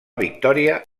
victòria